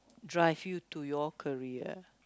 drive you to your career